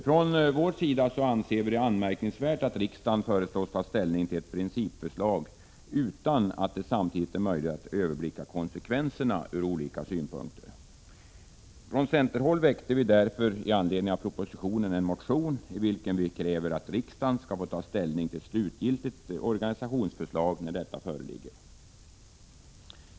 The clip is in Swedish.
Från centerns sida anser vi det anmärkningsvärt att riksdagen föreslås ta ställning till ett principförslag utan att det samtidigt är möjligt att överblicka konsekvenserna ur olika synpunkter. Från centerhåll väckte vi därför i anledning av propositionen en motion i vilken vi kräver att riksdagen skall få ta ställning till ett slutgiltigt organisationsförslag, när detta föreligger.